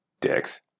Dicks